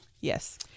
Yes